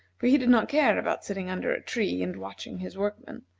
for he did not care about sitting under a tree and watching his workmen,